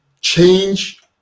change